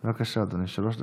בבקשה, אדוני, שלוש דקות.